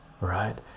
right